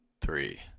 three